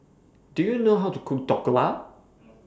Do YOU know How to Cook Dhokla